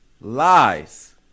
lies